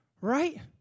right